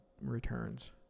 Returns